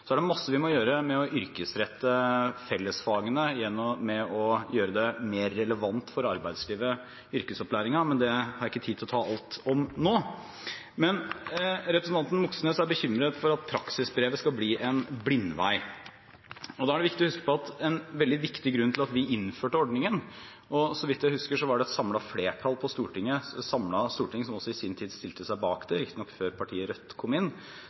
Så er det masse vi må gjøre med å yrkesrette fellesfagene ved å gjøre yrkesopplæringen mer relevant for arbeidslivet, men det har jeg ikke tid til å ta alt om nå. Representanten Moxnes er bekymret for at praksisbrevet skal bli en blindvei. Da er det viktig å huske på at en veldig viktig grunn til at vi innførte ordningen – og så vidt jeg husker var det et samlet storting som i sin tid stilte seg bak det, riktignok før partiet Rødt kom inn